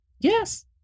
Yes